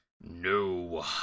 No